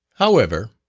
however,